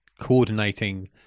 coordinating